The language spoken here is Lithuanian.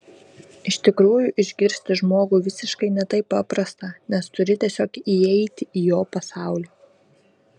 iš tikrųjų išgirsti žmogų visiškai ne taip paprasta nes turi tiesiog įeiti į jo pasaulį